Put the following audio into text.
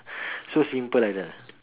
so simple like that ah